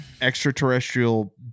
extraterrestrial